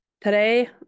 Today